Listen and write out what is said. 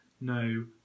no